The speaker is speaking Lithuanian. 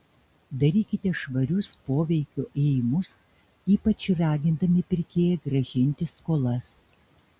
darykite švarius poveikio ėjimus ypač ragindami pirkėją grąžinti skolas